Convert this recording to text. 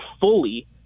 fully